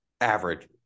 average